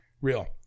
real